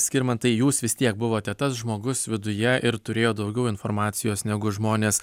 skirmantai jūs vis tiek buvote tas žmogus viduje ir turėjot daugiau informacijos negu žmonės